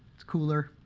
it's cooler,